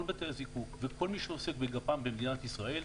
וכל בתי הזיקוק וכל מי שעוסק בגפ"מ במדינת ישראל,